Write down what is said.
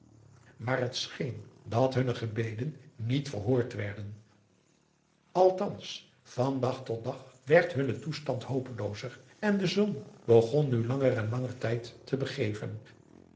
maar het scheen dat hunne gebeden niet verhoord werden althans van dag tot dag werd hunne toestand hopeloozer en de zon begon hun langer en langer tijd te begeven